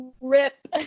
rip